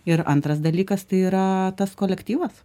ir antras dalykas tai yra tas kolektyvas